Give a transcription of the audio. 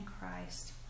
Christ